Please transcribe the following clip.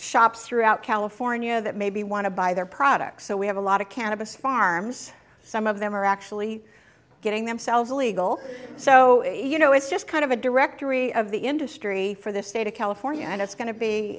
shops throughout california that maybe want to buy their products so we have a lot of cannabis farms some of them are actually getting themselves illegal so you know it's just kind of a directory of the industry for the state of california and it's go